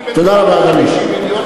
תודה רבה, אדוני.